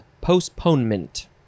postponement